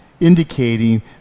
Indicating